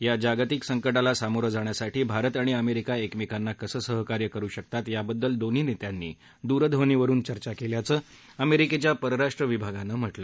या जागतिक संकटाला सोमोरआण्यासाठी भारत आणि अमरिक्री एकमक्तीना कसऋहकार्य करु शकतात याबद्दल दोन्ही नख्यांनी दूरध्वनीवरुन चर्चा कल्याचं अमरिकेच्या परराष्ट्र विभागानं सांगितलं